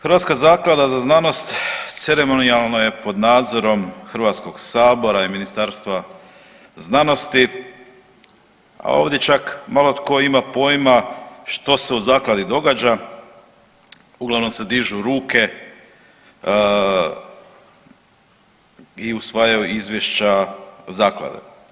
Hrvatska zaklada za znanost ceremonijalno je pod nadzorom Hrvatskog sabora i Ministarstva znanosti, a ovdje čak malo tko ima poima što se u zakladi događa, uglavnom se dižu ruke i usvajaju izvješća zaklade.